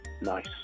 nice